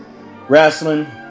Wrestling